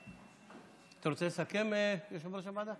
רוצה לסכם, יושב-ראש הוועדה?